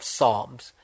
Psalms